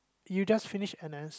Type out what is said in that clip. you just finish N_S